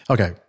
Okay